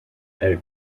elle